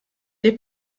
der